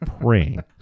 praying